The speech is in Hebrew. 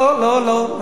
לא, לא, לא.